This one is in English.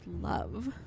love